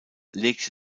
legte